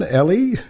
ellie